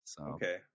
Okay